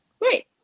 Great